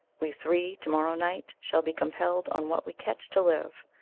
we three to-morrow night shall be compelled on what we catch to live.